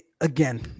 Again